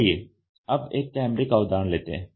चलिए अब एक कैमरे का उदाहरण लेते हैं